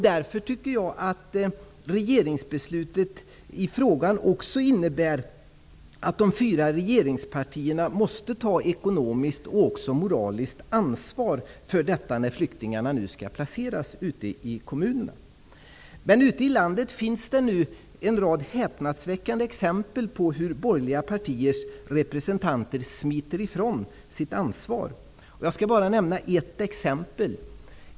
Därför tycker jag att regeringsbeslutet i frågan också innebär att de fyra regeringspartierna måste ta ekonomiskt och även moraliskt ansvar när flyktingarna nu skall placras ute i kommunerna. Men ute i landet finns det en rad häpnadsväckande exempel på hur borgerliga partiers representanter smiter ifrån sitt ansvar. Jag skall bara nämna ett exempel.